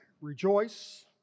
rejoice